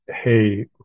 Hey